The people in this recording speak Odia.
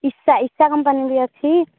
ଇଶା ଇଶା କମ୍ପାନୀବି ଅଛି